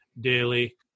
daily